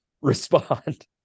respond